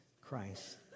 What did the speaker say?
Christ